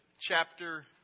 chapter